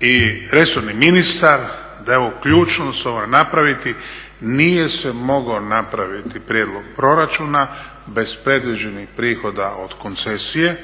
i resorni ministar da je ovo ključno da se ovo mora napraviti, nije se mogao napraviti prijedlog proračuna bez predviđenih prihoda od koncesije